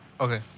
Okay